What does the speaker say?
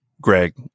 Greg